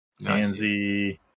Nancy